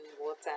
water